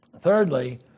Thirdly